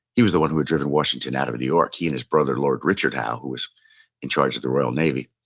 he was the one who had driven washington out of new york, he and his brother lord richard howe, who was in charge of the royal navy.